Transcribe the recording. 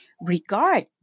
regard